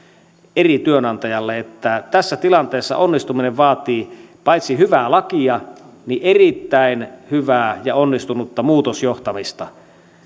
eri työnantajalle on tuhansia että tässä tilanteessa onnistuminen vaatii paitsi hyvää lakia myös erittäin hyvää ja onnistunutta muutosjohtamista